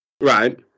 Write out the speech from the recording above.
Right